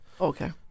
Okay